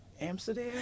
Amsterdam